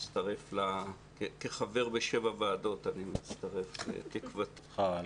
כחבר בשבע ועדות, אני מצטרף לתקוותך.